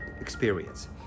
experience